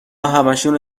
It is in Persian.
همشونو